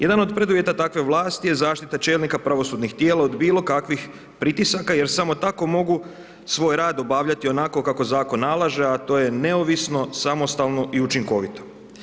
Jedan od preduvjeta takve vlasti je zaštita čelnika pravosudnih tijela od bilo kakvih pritisaka jer samo tako mogu svoj rad obavljati onako kako zakon nalaže a to je neovisno, samostalno i učinkovito.